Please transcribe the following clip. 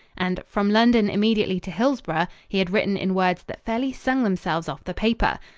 and from london immediately to hillsboro he had written in words that fairly sung themselves off the paper.